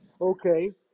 Okay